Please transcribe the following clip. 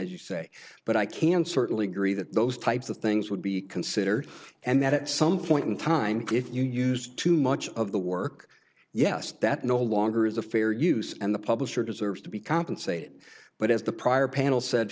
as you say but i can certainly agree that those types of things would be considered and that at some point in time if you used too much of the work yes that no longer is a fair use and the publisher deserves to be compensated but as the prior panel said